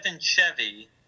Chevy